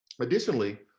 Additionally